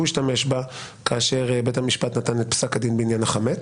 השתמש בה כאשר בית המשפט נתן את פסק הדין בעניין החמץ.